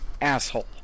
asshole